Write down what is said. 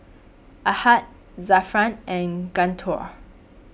Ahad Zafran and Guntur